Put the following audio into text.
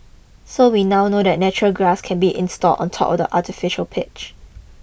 so we now know that natural grass can be installed on top of the artificial pitch